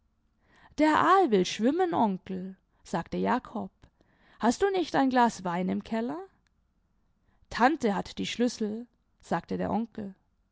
der aal will schwimmen onkel sagte jakob hast du nicht ein glas wein im keller tante hat die schlüssel sagte der onkel